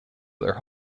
their